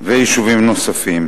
ויישובים נוספים.